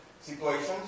situations